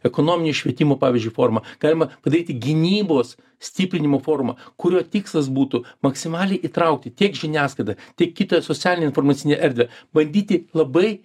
ekonominio švietimo pavyzdžiui forumą galima padaryti gynybos stiprinimo forumą kurio tikslas būtų maksimaliai įtraukti tiek žiniasklaidą tik kitą socialinę informacinę erdvę bandyti labai